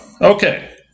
okay